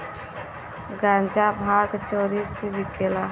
गांजा भांग चोरी से बिकेला